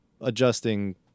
adjusting